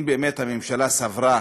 אם באמת הממשלה סברה